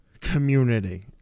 community